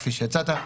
כפי שהצעת.